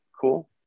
Cool